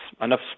enough